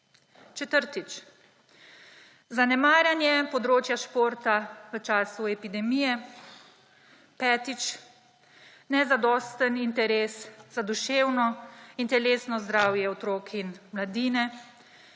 Četrtič: zanemarjanje področja športa v času epidemije. Petič: nezadosten interes za duševno in telesno zdravje otrok in mladine.